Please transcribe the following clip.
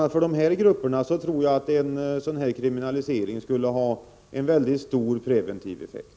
a. för de grupperna tror jag att en kriminalisering skulle ha en mycket stor preventiv effekt.